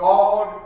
God